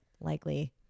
likely